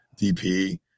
DP